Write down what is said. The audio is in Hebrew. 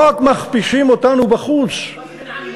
לא רק מכפישים אותנו בחוץ, ע'צבן ענכ.